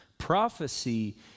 Prophecy